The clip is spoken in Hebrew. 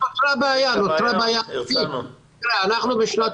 אנחנו בשנת